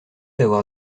avoir